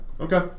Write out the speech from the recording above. Okay